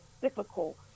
cyclical